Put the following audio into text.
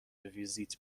ویزیت